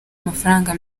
amafaranga